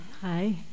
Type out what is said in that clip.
Hi